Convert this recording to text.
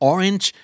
Orange